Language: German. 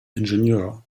ingenieur